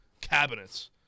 cabinets